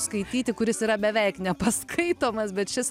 skaityti kuris yra beveik nepaskaitomas bet šis